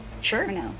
Sure